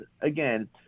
again